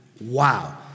wow